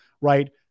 right